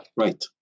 Right